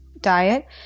diet